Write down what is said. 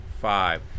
five